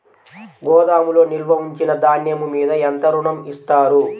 గోదాములో నిల్వ ఉంచిన ధాన్యము మీద ఎంత ఋణం ఇస్తారు?